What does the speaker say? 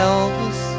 Elvis